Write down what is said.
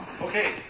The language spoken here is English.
okay